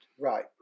Right